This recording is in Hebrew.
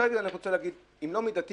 אני רוצה להגיד, אם לא מידתי